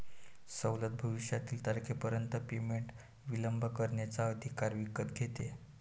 सवलत भविष्यातील तारखेपर्यंत पेमेंट विलंब करण्याचा अधिकार विकत घेते